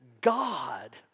God